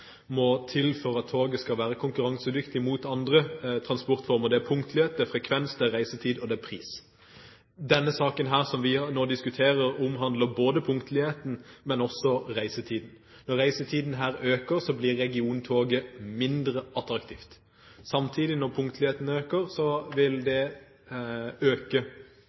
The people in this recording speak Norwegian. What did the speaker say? må til for at toget skal være konkurransedyktig med andre transportformer. Det er punktlighet, det er frekvens, det er reisetid, og det er pris. Den saken som vi nå diskuterer, omhandler både punktligheten og reisetiden. Når reisetiden øker, blir regiontoget mindre attraktivt. Samtidig, når punktligheten øker, vil det øke